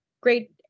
great